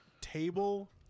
table